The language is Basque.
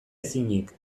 ezinik